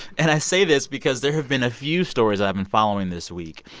and i say this because there have been a few stories that i've been following this week,